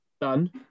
done